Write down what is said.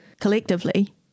collectively